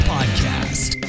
Podcast